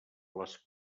les